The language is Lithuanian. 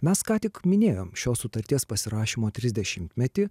mes ką tik minėjom šios sutarties pasirašymo trisdešimtmetį